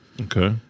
Okay